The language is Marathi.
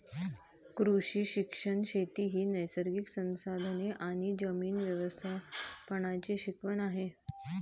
कृषी शिक्षण शेती ही नैसर्गिक संसाधने आणि जमीन व्यवस्थापनाची शिकवण आहे